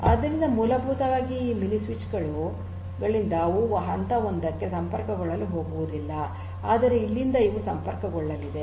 ಆದ್ದರಿಂದ ಮೂಲಭೂತವಾಗಿ ಈ ಮಿನಿ ಸ್ವಿಚ್ ಗಳಿಂದ ಅವು ಹಂತ 1 ಕ್ಕೆ ಸಂಪರ್ಕಗೊಳ್ಳಲು ಹೋಗುವುದಿಲ್ಲ ಆದರೆ ಇಲ್ಲಿಂದ ಇವು ಸಂಪರ್ಕಗೊಳ್ಳಲಿವೆ